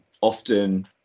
often